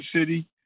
city